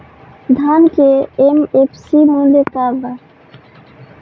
धान के एम.एफ.सी मूल्य का बा?